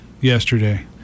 yesterday